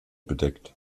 bedeckt